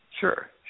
Sure